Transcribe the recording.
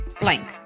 blank